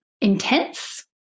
intense